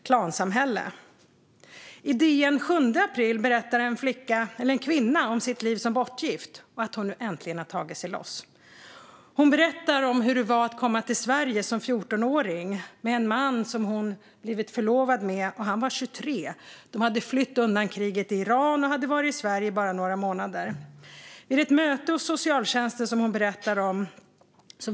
I DN den 7 april berättar en kvinna om sitt liv som bortgift och att hon nu äntligen tagit sig loss. Hon berättar om hur det var att komma till Sverige som fjortonåring, med en man hon blivit förlovad med. Han var 23. De hade flytt undan kriget i Iran och hade varit i Sverige i bara några månader. Hon berättar om möten hos socialtjänsten.